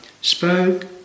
spoke